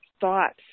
thoughts